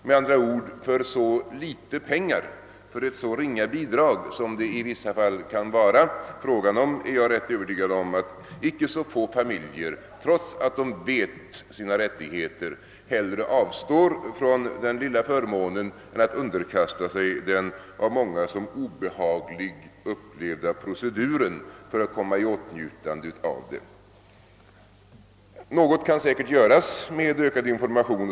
Med andra ord: för så litet pengar, för ett så blygsamt bidrag som det i vissa fall kan röra sig om, är jag rätt övertygad om att icke så få familjer — trots att de är medvetna om sina rättigheter — hellre avstår från den lilla förmånen än underkastar sig denna av många såsom obehaglig upplevda procedur för att komma i åtnjutande av bidragsbeloppet. Något kan säkert åstadkommas med ökad information.